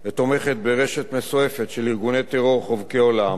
ותומכת ברשת מסועפת של ארגוני טרור חובקי עולם,